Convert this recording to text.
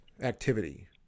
activity